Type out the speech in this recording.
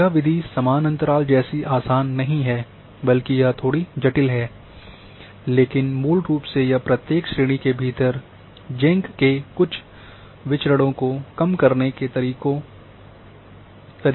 यह विधि समान अंतराल जैसी आसान नहीं है बल्कि यह थोड़ी जटिल है लेकिन मूल रूप से यह प्रत्येक श्रेणी के भीतर जेंक के कुछ विचरणों को कम करने के तरीके का उपयोग करती है